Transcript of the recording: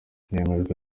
byemejwe